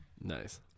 Nice